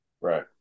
Right